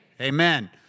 Amen